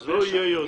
זה לא יהיה יותר.